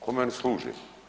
Kome oni služe?